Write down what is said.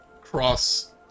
cross